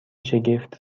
شگفت